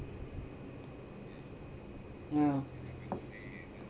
yeah